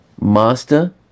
master